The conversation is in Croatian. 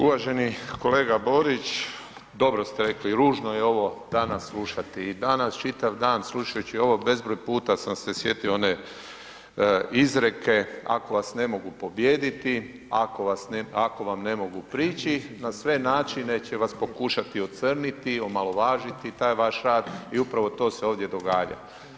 Uvaženi kolega Borić, dobro ste rekli, ružno je ovo danas slušati i danas čitav dan slušajući ovo bezbroj puta sam se sjetio one izreke ako vas ne mogu pobijediti, ako vam ne mogu prići, na sve načine će vas pokušati ocrniti, omalovažiti taj vaš rad i upravo to se ovdje događa.